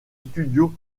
studio